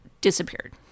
disappeared